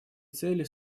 цели